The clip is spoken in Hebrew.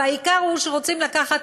והעיקר הוא שרוצים לקחת